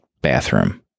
bathroom